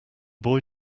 boy